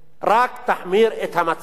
רק יחמיר את המצב.